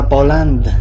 Poland